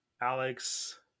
Alex